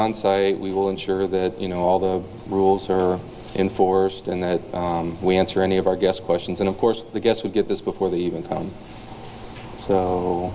on site we will ensure that you know all the rules are enforced and that we answer any of our guests questions and of course the guests would get this before they even come